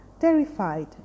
Terrified